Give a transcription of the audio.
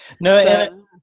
no